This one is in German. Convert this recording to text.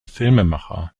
filmemacher